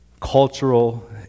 cultural